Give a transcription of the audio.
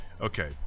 Okay